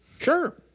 Sure